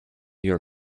your